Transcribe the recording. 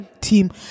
team